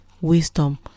wisdom